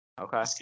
Okay